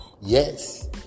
Yes